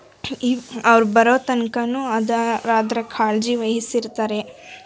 ಈ ಅವ್ರು ಬರೋ ತನಕನೂ ಅದ ಅದರ ಕಾಳಜಿ ವಹಿಸಿರ್ತಾರೆ